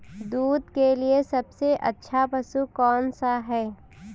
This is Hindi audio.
दूध के लिए सबसे अच्छा पशु कौनसा है?